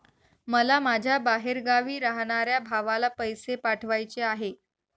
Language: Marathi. मला माझ्या बाहेरगावी राहणाऱ्या भावाला पैसे पाठवायचे आहे